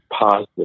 positive